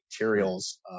materials